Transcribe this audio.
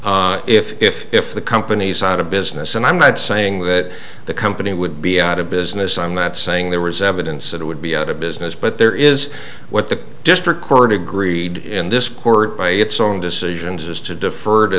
misconduct if the company's out of business and i'm not saying that the company would be out of business i'm not saying there was evidence it would be out of business but there is what the district court agreed in this court by its own decisions is to defer to